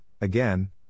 again